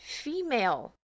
female